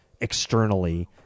externally